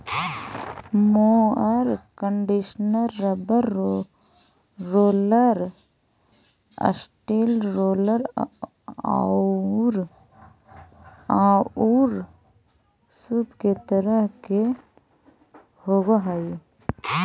mower conditioner rubber roller, steel roller औउर सूप के तरह के होवऽ हई